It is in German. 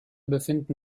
befinden